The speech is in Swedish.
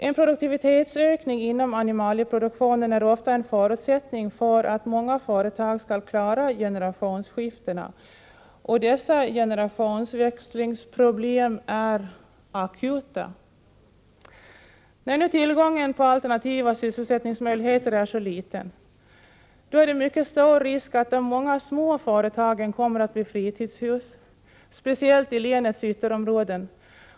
En produktivitetsökning inom animalieproduktionen är ofta en förutsättning för att många företag skall klara generationsskiftena, och dessa generationsväxlingsproblem är akuta. När nu tillgången på alternativa sysselsättningsmöjligheter är så liten är det mycket stor risk att de många små företagen kommer att bli fritidshus, speciellt i länets ytterområden.